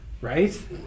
right